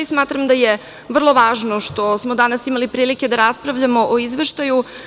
Smatram da je vrlo važno što smo danas imali prilike da raspravljamo o izveštaju.